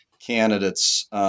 candidates